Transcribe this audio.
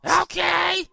Okay